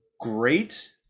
great